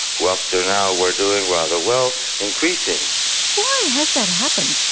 who up to now were doing rather well, increasing. so why has that happened?